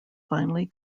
finally